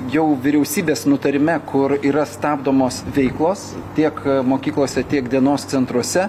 jau vyriausybės nutarime kur yra stabdomos veiklos tiek mokyklose tiek dienos centruose